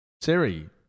Siri